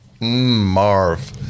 Marv